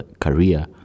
career